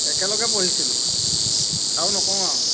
একেলগে পঢ়িছিলোঁ আৰু নকওঁ আৰু